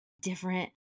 different